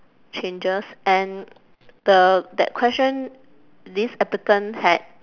changes and the that question this applicant had